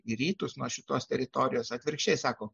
į rytus nuo šitos teritorijos atvirkščiai sako